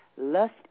lust